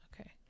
Okay